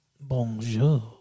Bonjour